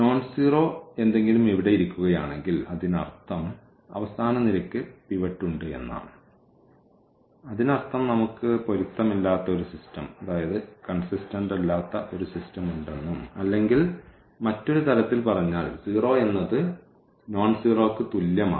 nonzero എന്തെങ്കിലും ഇവിടെ ഇരിക്കുകയാണെങ്കിൽ അതിനർത്ഥം അവസാന നിരയ്ക്ക് പിവറ്റ് ഉണ്ട് എന്നാണ് അതിനർത്ഥം നമുക്ക് പൊരുത്തമില്ലാത്ത ഒരു സിസ്റ്റം ഉണ്ടെന്നും അല്ലെങ്കിൽ മറ്റൊരു തരത്തിൽ പറഞ്ഞാൽ 0 എന്നത് നോൺസീറോയ്ക്ക് തുല്യമാണ്